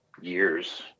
years